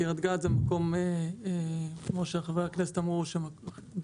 קרית גת זה מקום כמו שחברי הכנסת אמרו שהוא בזבוז,